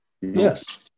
Yes